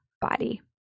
body